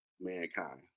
mankind